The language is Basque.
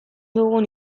dugun